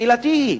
שאלתי היא: